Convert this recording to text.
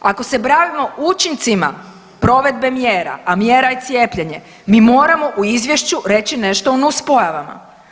Ako se bavimo učincima provedbe mjera, a mjera je cijepljenje mi moramo u izvješću reći nešto o nuspojavama.